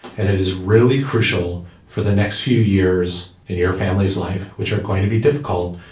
and it is really crucial for the next few years in your family's life which are going to be difficult.